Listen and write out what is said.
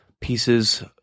pieces